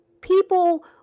people